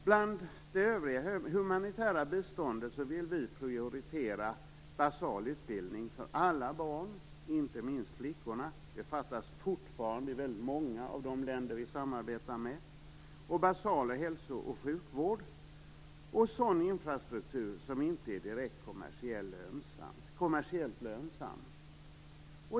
Bland det övriga humanitära biståndet vill vi prioritera basal utbildning för alla barn, inte minst flickorna - det fattas fortfarande i väldigt många av de länder vi samarbetar med - basal hälso och sjukvård och sådan infrastruktur som inte är direkt kommersiellt lönsam.